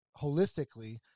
holistically